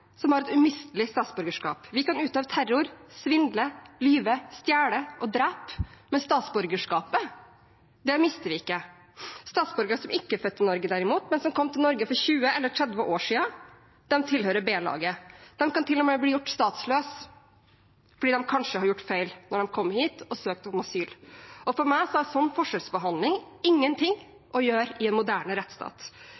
kan utøve terror, svindle, lyve, stjele og drepe, men statsborgerskapet mister vi ikke. Statsborgere som ikke er født i Norge, derimot, men som kom til Norge for 20 eller 30 år siden, tilhører B-laget. De kan til og med bli gjort statsløse fordi de kanskje har gjort feil da de kom hit og søkte om asyl. For meg har en sånn forskjellsbehandling ingenting